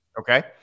Okay